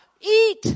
Eat